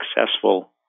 successful